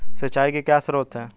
सिंचाई के क्या स्रोत हैं?